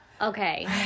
Okay